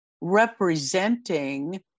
representing